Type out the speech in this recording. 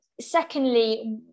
secondly